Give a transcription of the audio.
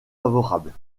favorables